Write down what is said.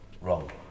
wrong